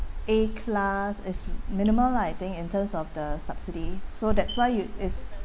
A class it's minimal lah I think in terms of the subsidy so that's why you is